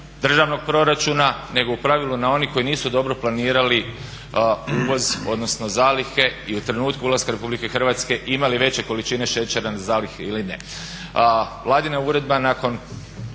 državnog proračuna nego u pravilu na one koji nisu dobro planirali uvoz odnosno zalihe i u trenutku ulaska Republike Hrvatske imali veće količine šećera na zalihi ili ne. Vladina uredba nakon